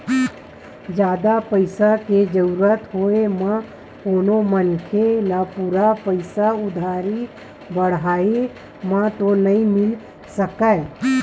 जादा पइसा के जरुरत होय म कोनो मनखे ल पूरा पइसा उधारी बाड़ही म तो नइ मिल सकय